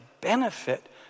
benefit